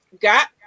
got